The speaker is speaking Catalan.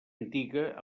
antiga